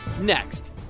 next